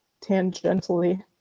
tangentially